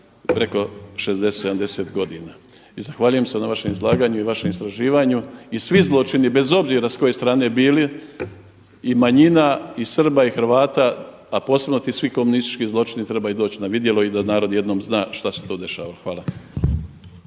preko 60, 70 godina. I zahvaljujem se na vašem izlaganju i vašem istraživanju. I svi zločini bez obzira s koje strane bili i manjina i Srba i Hrvata, a posebno ti svi komunistički zločini trebaju doći na vidjelo i da narod jednom zna šta se to dešava. Hvala.